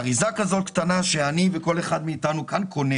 אריזה כזאת קטנה שכל אחד מאיתנו קונה